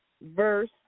verse